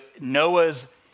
Noah's